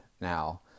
now